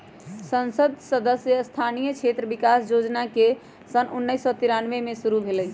संसद सदस्य स्थानीय क्षेत्र विकास जोजना सन उन्नीस सौ तिरानमें में शुरु भेलई